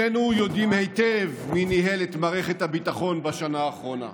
שנינו יודעים היטב מי ניהל את מערכת הביטחון בשנה האחרונה.